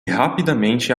rapidamente